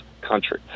country